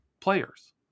players